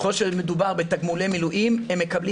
ככל שמדובר בתגמולי מילואים הם מקבלים